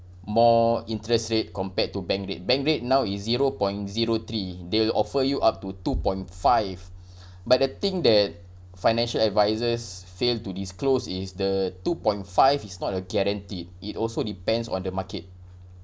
more interest rate compared to bank rate bank rate now is zero point zero three they'll offer you up to two point five but the thing that financial advisors failed to disclose is the two point five is not a guaranteed it also depends on the market